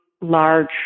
large